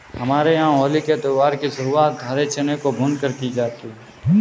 हमारे यहां होली के त्यौहार की शुरुआत हरे चनों को भूनकर की जाती है